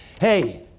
Hey